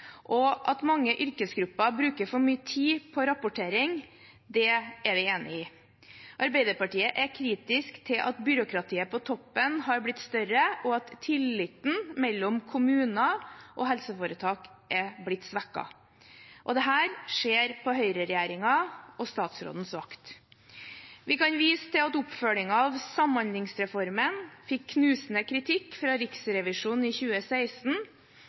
tjenesten. At mange yrkesgrupper bruker for mye tid på rapportering, er vi enig i. Arbeiderpartiet er kritisk til at byråkratiet på toppen har blitt større, og at tilliten mellom kommuner og helseforetak er blitt svekket. Dette skjer på høyreregjeringen og statsrådens vakt. Vi kan vise til at oppfølgingen av samhandlingsreformen fikk knusende kritikk fra Riksrevisjonen i 2016,